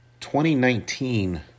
2019